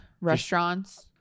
restaurants